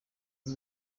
ubu